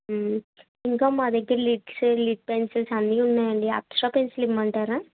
ఇంకా మా దగ్గర లిడ్ష్ లిడ్ పెన్సిల్స్ అన్నీ ఉన్నాయండి అప్సరా పెన్సిల్ ఇమ్మంటారా